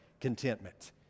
contentment